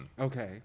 Okay